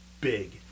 big